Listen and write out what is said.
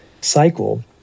cycle